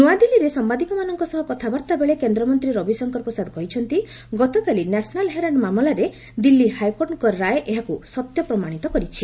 ନୂଆଦିଲ୍ଲୀରେ ସାମ୍ବାଦିକମାନଙ୍କ ସହ କଥାବାର୍ତ୍ତା ବେଳେ କେନ୍ଦ୍ରମନ୍ତ୍ରୀ ରବିଶଙ୍କର ପ୍ରସାଦ କହିଛନ୍ତି ଗତକାଲି ନ୍ୟାସନାଲ୍ ହେରାଲ୍ ମାମଲାରେ ଦିଲ୍ଲୀ ହାଇକୋର୍ଟଙ୍କ ରାୟ ଏହାକୁ ସତ୍ୟ ପ୍ରମାଣିତ କରିଛି